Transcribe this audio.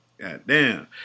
goddamn